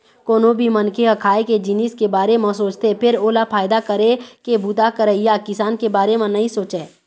कोनो भी मनखे ह खाए के जिनिस के बारे म सोचथे फेर ओला फायदा करे के बूता करइया किसान के बारे म नइ सोचय